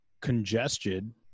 congested